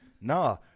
Nah